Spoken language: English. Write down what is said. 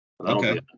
okay